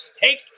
Take